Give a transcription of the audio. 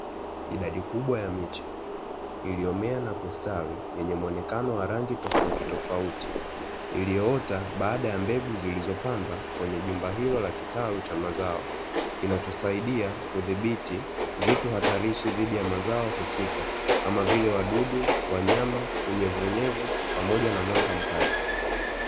Idadi kubwa ya miche, iliyomea na kustawi, yenye muonekano wa rangi tofautitofauti, ilyoota baada ya mbegu zilizopandwa kwenye jumba hilo la kitalu cha mazao, kinachosaidia kudhibiti vitu hatarishi dhidi ya mazao husika, kama vile wadudu, wanyama, unyevuunyevu pamoja na mwanga mkali.